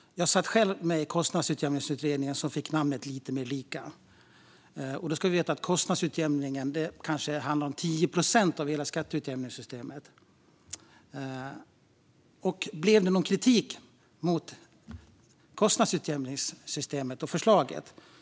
Jag satt själv med i Kostnadsutjämningsutredningen, vars betänkande fick namnet Lite mer lika . Vi ska veta att kostnadsutjämningen berör kanske 10 procent av hela skatteutjämningssystemet. Kom det någon kritik mot kostnadsutjämningssystemet och förslaget?